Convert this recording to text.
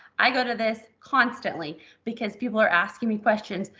i go to this constantly because people are asking me questions,